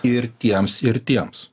ir tiems ir tiems